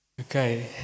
Okay